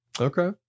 Okay